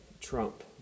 trump